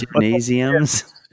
Gymnasiums